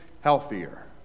healthier